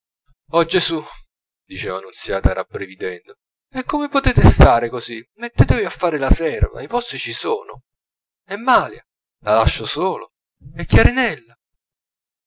oh gesù diceva nunziata rabbrividendo come potete stare così mettetevi a fare la serva i posti ci sono e malia la lascio sola e